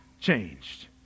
changed